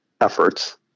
efforts